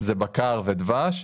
זה בקר ודבש.